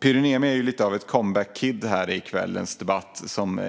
Pyry Niemi är lite av en comeback kid här i kvällens debatt som